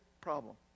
problem